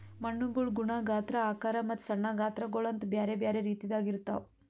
ಮಣ್ಣುಗೊಳ್ ಗುಣ, ಗಾತ್ರ, ಆಕಾರ ಮತ್ತ ಸಣ್ಣ ಗಾತ್ರಗೊಳ್ ಅಂತ್ ಬ್ಯಾರೆ ಬ್ಯಾರೆ ರೀತಿದಾಗ್ ಇರ್ತಾವ್